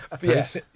Yes